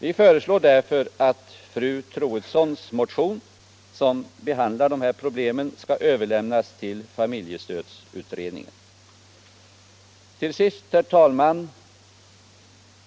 Vi föreslår därför att fru Troedssons motion, som behandlar de här problemen, skall överlämnas till familjestödsutredningen.